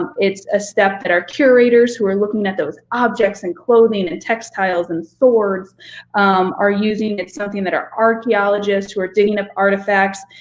ah it's a step that our curators who are looking at those objects and clothing and textiles and swords are using. it's something that our archeologists who are digging up artifacts,